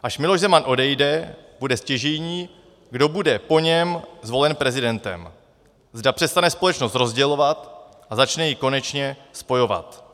Až Miloš Zeman odejde, bude stěžejní, kdo bude po něm zvolen prezidentem, zda přestane společnost rozdělovat a začne ji konečně spojovat.